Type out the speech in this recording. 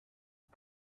you